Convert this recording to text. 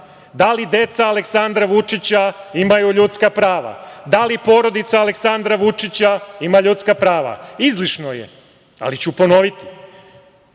Da li deca Aleksandra Vučića imaju ljudska prava? Da li porodica Aleksandra Vučića ima ljudska prava? Izlišno je, ali ću ponoviti